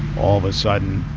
all of a sudden,